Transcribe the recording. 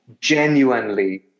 genuinely